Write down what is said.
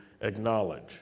acknowledge